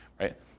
right